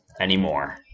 anymore